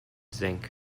zinc